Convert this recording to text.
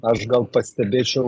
aš gal pastebėčiau